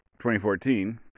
2014